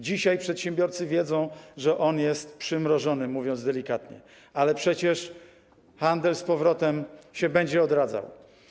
Dzisiaj przedsiębiorcy wiedzą, że on jest przymrożony, mówiąc delikatnie, ale przecież handel będzie się odradzał.